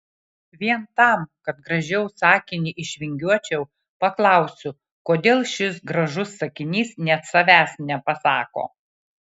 vien tam kad gražiau sakinį išvingiuočiau paklausiu kodėl šis gražus sakinys net savęs nepasako